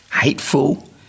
hateful